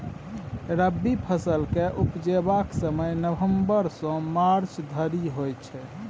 रबी फसल केँ उपजेबाक समय नबंबर सँ मार्च धरि होइ छै